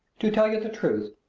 to tell you the truth,